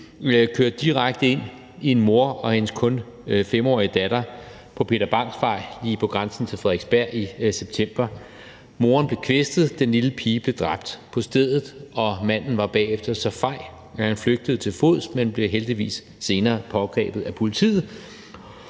kørte direkte ind i en mor og hendes kun 5-årige datter på Peter Bangs Vej lige på grænsen til Frederiksberg i september. Moren blev kvæstet, den lille pige blev dræbt på stedet, og manden var bagefter så fej, at han flygtede til fods, men blev heldigvis senere pågrebet af politiet.